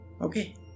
Okay